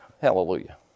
Hallelujah